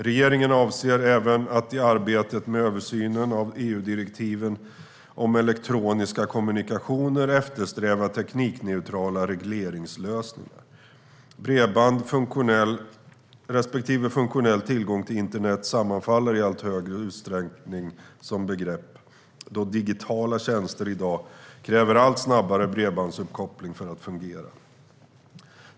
Regeringen avser även att i arbetet med översynen av EU-direktiven om elektroniska kommunikationer eftersträva teknikneutrala regleringslösningar. Bredband respektive funktionell tillgång till internet sammanfaller i allt högre utsträckning som begrepp eftersom digitala tjänster i dag kräver allt snabbare bredbandsuppkoppling för att fungera.